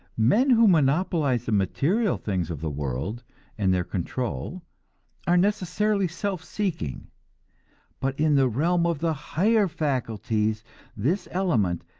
men who monopolize the material things of the world and their control are necessarily self-seeking but in the realm of the higher faculties this element,